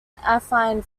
affine